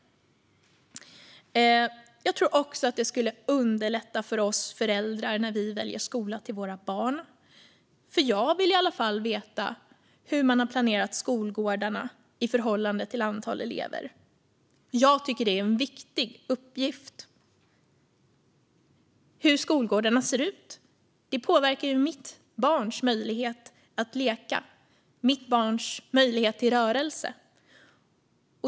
Jag tror också att det skulle underlätta för oss föräldrar när vi väljer skola till våra barn. Jag vill i alla fall veta hur man har planerat skolgårdarna i förhållande till antalet elever. Jag tycker att det är en viktig uppgift hur skolgårdarna ser ut, för det påverkar mitt barns möjlighet att leka och mitt barns möjlighet till rörelse.